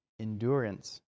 endurance